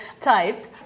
type